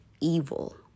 evil